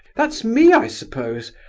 that's me, i suppose.